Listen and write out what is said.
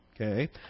Okay